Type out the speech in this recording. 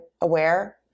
aware